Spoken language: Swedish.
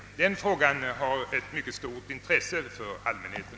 Den frågan har ett mycket stort intresse för allmänheten.